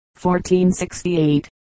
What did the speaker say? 1468